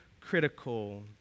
critical